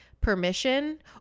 permission